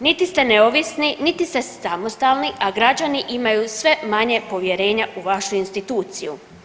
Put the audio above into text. Niti ste neovisni niti ste samostalni, a građani imaju sve manje povjerenja u vaše instituciju.